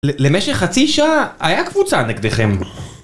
למשך חצי שעה היה קבוצה נגדכם